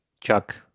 Chuck